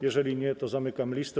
Jeżeli nie, to zamykam listę.